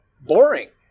boring